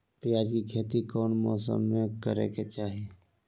प्याज के खेती कौन मौसम में करे के चाही?